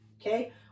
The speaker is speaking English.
okay